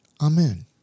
Amen